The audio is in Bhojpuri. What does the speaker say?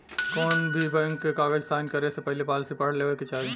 कौनोभी बैंक के कागज़ साइन करे से पहले पॉलिसी पढ़ लेवे के चाही